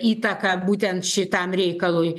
įtaka būtent šitam reikalui